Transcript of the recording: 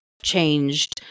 Changed